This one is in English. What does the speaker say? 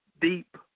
deep